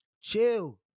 Chill